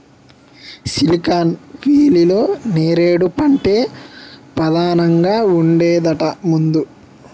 silicon వేలీలో నేరేడు పంటే పదానంగా ఉండేదట ముందు